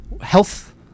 health